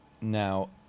now